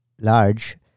large